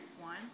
One